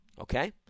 Okay